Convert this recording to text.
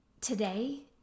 today